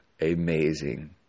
amazing